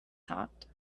thought